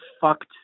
fucked